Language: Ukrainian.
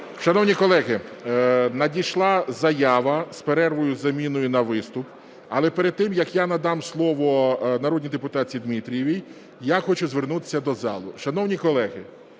Шановні колеги, надійшла заява про перерву із заміною на виступ. Але перед тим, як я надам слово народній депутатці Дмитрієвій, я хочу звернутися до зали.